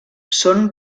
són